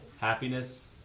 happiness